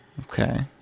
Okay